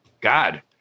god